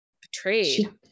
betrayed